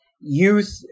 youth